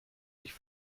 sich